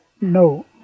no